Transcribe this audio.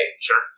Sure